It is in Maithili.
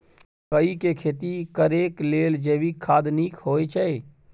मकई के खेती करेक लेल जैविक खाद नीक होयछै?